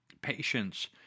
patience